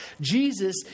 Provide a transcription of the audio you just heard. Jesus